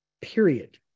period